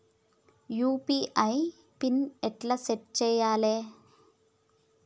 UPI pin ఎట్లా set చేయాలే?